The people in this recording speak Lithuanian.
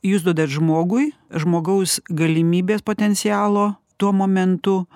jūs duodat žmogui žmogaus galimybės potencialo tuo momentu